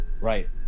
right